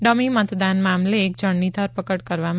dummy મતદાન મામલે એક જણની ધરપકડ કરવામાં આવી છે